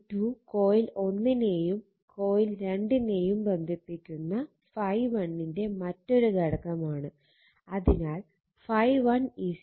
∅12 coil 1 നെയും coil 2 നെയും ബന്ധിപ്പിക്കുന്ന ∅1 ന്റെ മറ്റൊരു ഘടകമാണ്